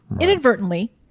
inadvertently